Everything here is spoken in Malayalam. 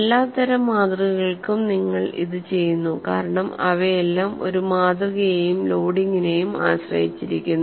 എല്ലാത്തരം മാതൃകകൾക്കും നിങ്ങൾ ഇത് ചെയ്യുന്നു കാരണം ഇവയെല്ലാം ഒരുതരം മാതൃകയെയും ലോഡിംഗിനെയും ആശ്രയിച്ചിരിക്കുന്നു